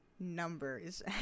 Numbers